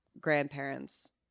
grandparents